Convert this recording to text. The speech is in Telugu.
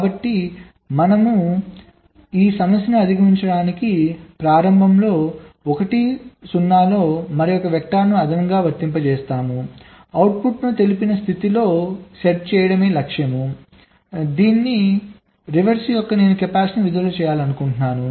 కాబట్టి మనం చేసే ఈ సమస్యను అధిగమించడానికి ప్రారంభంలో 1 0 లో మరొక వెక్టర్ను అదనంగా వర్తింపజేస్తాము అవుట్పుట్ను తెలిసిన స్థితిలో సెట్ చేయడమే లక్ష్యం దీని యొక్క రివర్స్ నేను కెపాసిటర్ను విడుదల చేయాలనుకుంటున్నాను